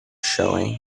showing